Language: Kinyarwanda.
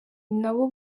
nabo